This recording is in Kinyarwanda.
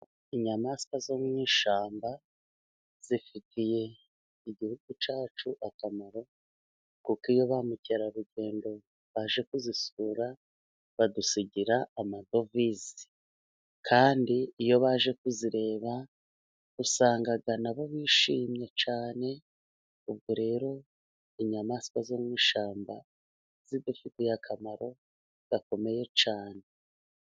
Inyamaswa zo mu ishyamba zifitiye igihugu cyacu akamaro, kuko iyo bamukerarugendo baje kuzisura badusigira amadovize kandi iyo baje kuzireba usanga nabo bishimye cyane. Ubwo rero inyamaswa zo mu ishyamba zidufitiye akamaro gakomeye cyane.